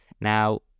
Now